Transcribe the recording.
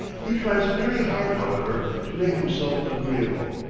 he tries very hard, however, to make himself agreeable,